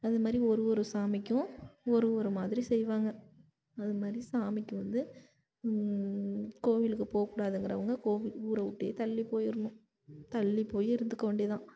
அதுமாரி ஒரு ஒரு சாமிக்கும் ஒரு ஒரு மாதிரி செய்வாங்க அது மாதிரி சாமிக்கு வந்து கோவிலுக்கு போகக் கூடாதுங்கிறவங்க கோவில் ஊரை விட்டே தள்ளி போயிடுணும் தள்ளி போய் இருந்துக்க வேண்டிய தான்